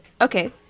Okay